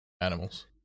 animals